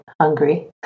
hungry